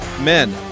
Men